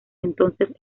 entonces